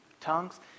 Tongues